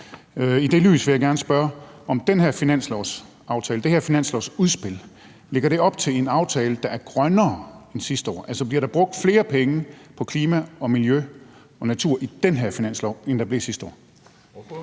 I det lys vil jeg gerne spørge, om det her finanslovsudspil lægger op til en aftale, der er grønnere end sidste år. Altså, bliver der brugt flere penge på klima, miljø og natur i den her finanslov, end der blev sidste år?